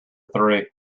three